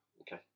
Okay